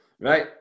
Right